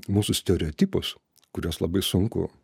mūsų stereotipus kuriuos labai sunku